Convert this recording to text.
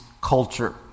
culture